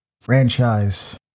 franchise